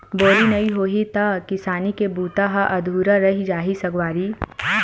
बोरी नइ होही त किसानी के बूता ह अधुरा रहि जाही सगवारी